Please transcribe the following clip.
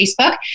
Facebook